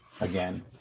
Again